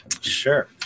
sure